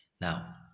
now